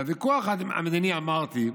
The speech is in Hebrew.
בוויכוח המדיני אמרתי: